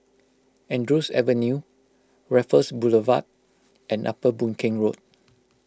Andrews Avenue Raffles Boulevard and Upper Boon Keng Road